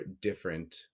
different